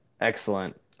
Excellent